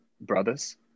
brothers